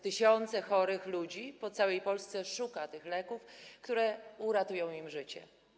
Tysiące chorych ludzi w całej Polsce szuka leków, które uratują im życie.